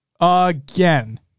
Again